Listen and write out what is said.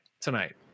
tonight